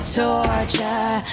torture